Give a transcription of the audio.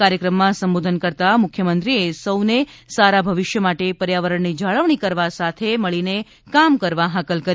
કાર્યક્રમમાં સંબોધન કરતા મુખ્યમંત્રીએ સૌને સારા ભવિષ્ય માટે પર્યાવરણની જાળવણી કરવા સાથે મળીને કામ કરવા હાકલ કરી